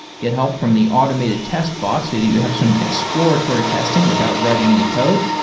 get help from the automated test bots so that you have some exploratory testing without writing any code.